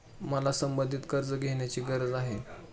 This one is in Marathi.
मला संबंधित कर्ज घेण्याची गरज आहे